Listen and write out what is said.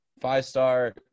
five-star